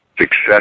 Success